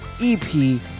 EP